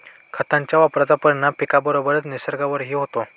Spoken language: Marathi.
खतांच्या वापराचा परिणाम पिकाबरोबरच निसर्गावरही होतो